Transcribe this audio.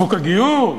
חוק הגיור,